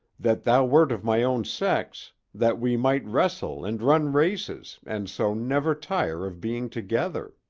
that thou wert of my own sex, that we might wrestle and run races and so never tire of being together.